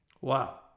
Wow